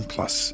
Plus